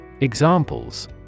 Examples